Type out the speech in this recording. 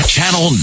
Channel